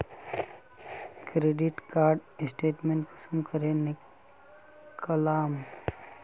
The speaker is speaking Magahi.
क्रेडिट कार्ड स्टेटमेंट कुंसम करे निकलाम?